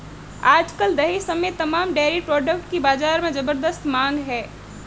आज कल दही समेत तमाम डेरी प्रोडक्ट की बाजार में ज़बरदस्त मांग है